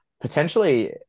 Potentially